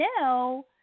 now